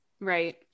Right